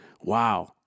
Wow